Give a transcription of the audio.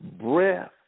breath